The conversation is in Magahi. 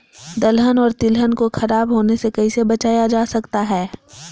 दलहन और तिलहन को खराब होने से कैसे बचाया जा सकता है?